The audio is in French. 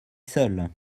seul